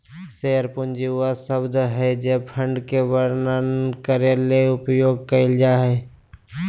share पूंजी वह शब्द हइ जे फंड के वर्णन करे ले उपयोग कइल जा हइ